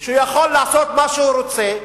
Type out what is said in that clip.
שהוא יכול לעשות מה שהוא רוצה.